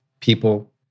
people